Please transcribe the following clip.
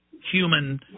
human